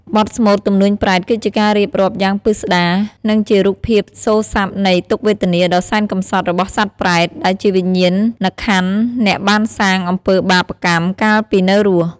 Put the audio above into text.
បទស្មូត ទំនួញប្រេត គឺជាការរៀបរាប់យ៉ាងពិស្ដារ និងជារូបភាពសូរស័ព្ទនៃ ទុក្ខវេទនាដ៏សែនកម្សត់ របស់សត្វប្រេត ដែលជាវិញ្ញាណក្ខន្ធអ្នកបានសាងអំពើបាបកម្មកាលពីនៅរស់។